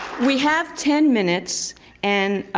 we have ten minutes and